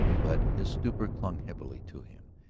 but his stupor clung heavily to him,